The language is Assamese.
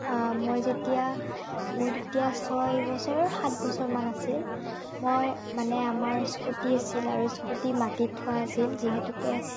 মই যেতিয়া মোৰ তেতিয়া ছয় বছৰ সাত বছৰমান আছিল মই মানে আমাৰ স্কুটী আছিল আৰু স্কুটী মাটিত থোৱা আছিল যিহেতুকে